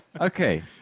Okay